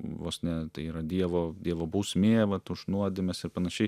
vos ne tai yra dievo dievo bausmė vat už nuodėmes ir panašiai